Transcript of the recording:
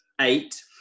eight